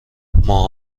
ماه